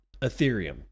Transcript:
Ethereum